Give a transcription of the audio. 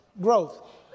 growth